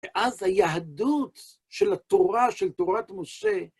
ואז ביהדות של התורה, של תורת משה,